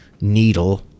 needle